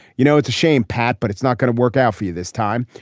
you know, it's a shame, pat, but it's not going to work out for you this time.